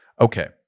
Okay